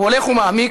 הוא הולך ומעמיק,